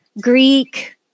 Greek